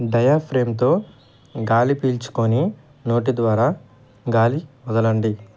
డయాఫ్రమ్తో గాలి పీల్చుకొని నోటి ద్వారా గాలి వదలండి